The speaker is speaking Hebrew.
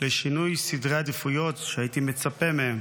לשינוי סדרי עדיפויות שהייתי מצפה מהם.